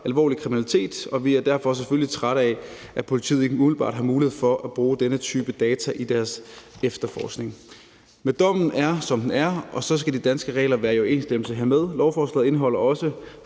alvorlig kriminalitet, og vi er derfor selvfølgelig trætte af, at politiet ikke umiddelbart har mulighed for at bruge denne type data i deres efterforskning. Men dommen er, som den er, og så skal de danske regler være i overensstemmelse hermed. Lovforslaget indeholder også